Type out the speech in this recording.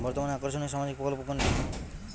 বর্তমানে আকর্ষনিয় সামাজিক প্রকল্প কোনটি?